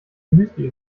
müsli